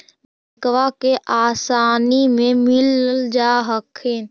बैंकबा से आसानी मे मिल जा हखिन?